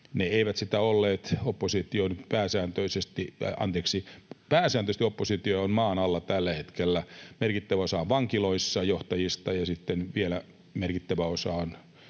Ne eivät sitä olleet. Pääsääntöisesti oppositio on maan alla tällä hetkellä. Merkittävä osa johtajista on vankiloissa ja sitten merkittävä osa on